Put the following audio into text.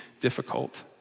difficult